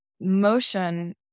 motion